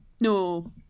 No